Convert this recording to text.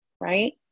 right